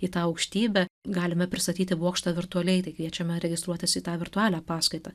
į tą aukštybę galime pristatyti bokštą virtualiai tai kviečiame registruotis į tą virtualią paskaitą